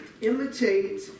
Imitate